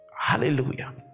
hallelujah